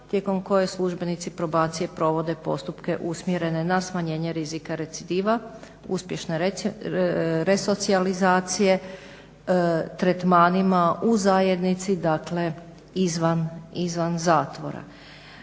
tijekom koje službenici probacije provode postupke usmjerene na smanjenje rizika recidiva, uspješne resocijalizacije, tretmanima u zajednici dakle izvan zatvora.